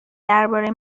درباره